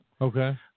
Okay